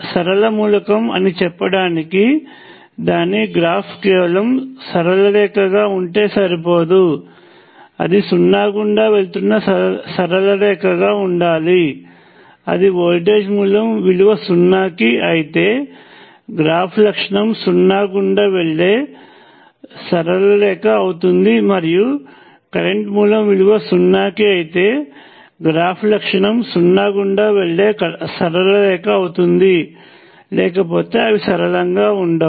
సరళ మూలకము అని చెప్పటానికి దాని గ్రాఫ్ కేవలము సరళ రేఖగా ఉంటే సరిపోదు అది సున్నా గుండా వెళుతున్న సరళ రేఖగా ఉండాలి అది వోల్టేజ్ మూలం విలువ సున్నాకి అయితే గ్రాఫ్ లక్షణము సున్నా గుండా వెళ్లే సరళరేఖ అవుతుందిమరియు కరెంట్ మూలం విలువ సున్నాకి అయితే గ్రాఫ్ లక్షణము సున్నా గుండా వెళ్లే సరళరేఖ అవుతుంది లేకపోతే అవి సరళంగా ఉండవు